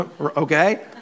Okay